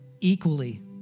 equally